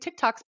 TikToks